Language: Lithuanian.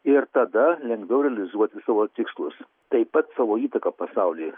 ir tada lengviau realizuoti savo tikslus taip pat savo įtaką pasaulyje